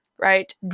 Right